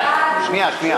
הכנסת,